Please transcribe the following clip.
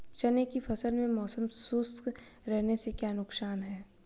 चने की फसल में मौसम शुष्क रहने से क्या नुकसान है?